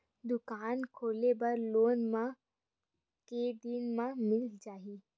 दुकान खोले बर लोन मा के दिन मा मिल जाही?